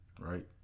right